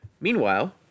Meanwhile